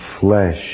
flesh